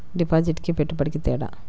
డిపాజిట్కి పెట్టుబడికి తేడా?